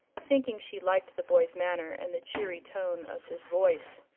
thinking she liked the boy's manner and the cheery tone of his voice.